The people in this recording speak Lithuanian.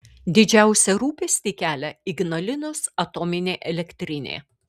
didžiausią rūpestį kelia ignalinos atominė elektrinė